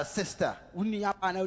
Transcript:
sister